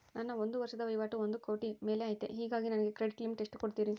ನನ್ನ ಒಂದು ವರ್ಷದ ವಹಿವಾಟು ಒಂದು ಕೋಟಿ ಮೇಲೆ ಐತೆ ಹೇಗಾಗಿ ನನಗೆ ಕ್ರೆಡಿಟ್ ಲಿಮಿಟ್ ಎಷ್ಟು ಕೊಡ್ತೇರಿ?